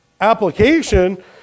application